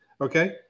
okay